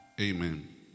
Amen